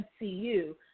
MCU